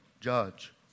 judge